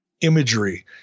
imagery